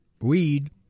weed